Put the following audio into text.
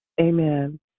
Amen